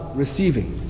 receiving